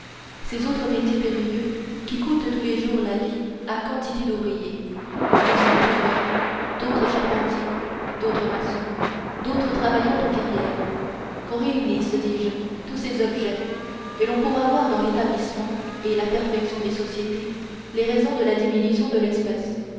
ces autres métiers périlleux qui coûtent tous les jours la vie à quantité d'ouvriers les uns couvreurs d'autres charpentiers d'autres maçons d'autres travaillant aux carrières qu'on réunisse dis-je tous ces objets et l'on pourra voir dans l'établissement et la perfection des sociétés les raisons de la diminution de l'espèce